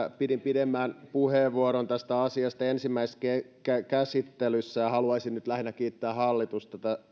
pidin pidemmän puheenvuoron tästä asiasta ensimmäisessä käsittelyssä ja haluaisin nyt lähinnä kiittää hallitusta